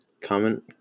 comment